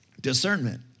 discernment